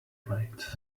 plates